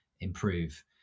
improve